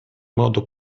modo